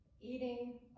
eating